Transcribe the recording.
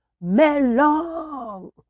Melon